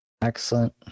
Excellent